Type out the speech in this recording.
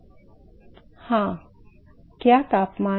हाँ तापमान क्या तापमान